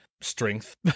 strength